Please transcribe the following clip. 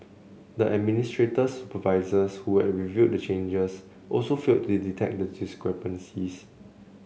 the administrator's supervisors who had reviewed the changes also failed to detect the discrepancies